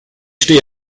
stehe